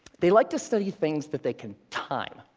they like to study things that they can time.